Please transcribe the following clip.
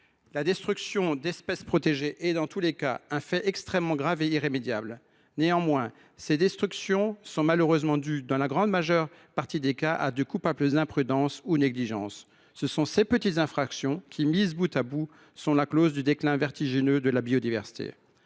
Les destructions d’espèces protégées sont, dans tous les cas, des faits extrêmement graves et irrémédiables. Néanmoins, elles sont malheureusement dues, dans la majeure partie des cas, à de coupables imprudences ou négligences. Ce sont ces petites infractions qui, mises bout à bout, sont la cause du déclin vertigineux de la biodiversité.